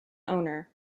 owner